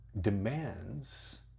demands